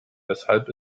weshalb